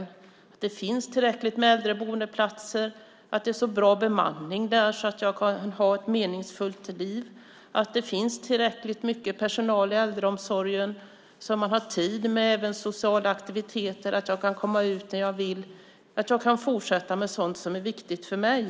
Det handlar om att det finns tillräckligt med äldreboendeplatser och att det är så bra bemanning där att jag kan ha ett meningsfullt liv. Det handlar om att det finns tillräckligt med personal i äldreomsorgen så att man har tid med även sociala aktiviteter. Det handlar om att jag kan komma ut när jag vill och kan fortsätta med sådant som är viktigt för mig.